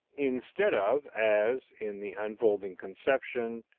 instead of, as in the unfolding conception,